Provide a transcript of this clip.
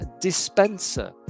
dispenser